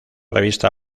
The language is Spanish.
revista